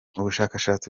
ubushakashatsi